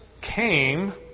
came